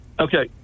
Okay